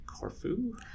corfu